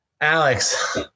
Alex